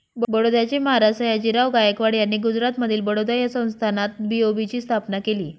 बडोद्याचे महाराज सयाजीराव गायकवाड यांनी गुजरातमधील बडोदा या संस्थानात बी.ओ.बी ची स्थापना केली